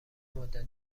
مدت